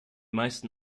meisten